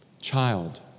Child